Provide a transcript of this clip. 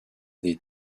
des